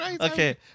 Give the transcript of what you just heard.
Okay